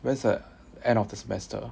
when's your end of the semester